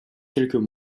quelques